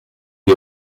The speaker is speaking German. die